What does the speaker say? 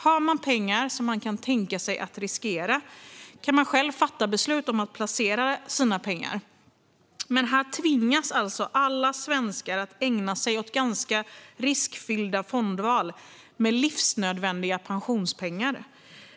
Har man pengar som man kan tänka sig att riskera kan man själv fatta beslut om att placera sina pengar. Men här tvingas alltså alla svenskar att ägna sig åt riskfyllda fondval med livsnödvändiga pensionspengar.